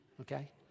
okay